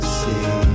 see